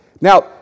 Now